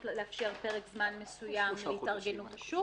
לאפשר פרק זמן מסוים להתארגנות השוק,